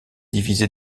divisé